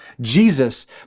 Jesus